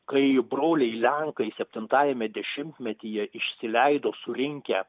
kaip broliai lenkai septintajame dešimtmetyje išsileido surinkę